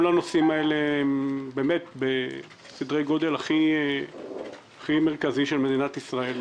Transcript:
כל הנושאים האלה הם בסדרי הגודל הכי מרכזיים של מדינת ישראל.